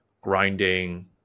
grinding